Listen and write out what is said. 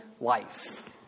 life